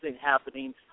happening